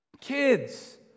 Kids